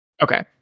Okay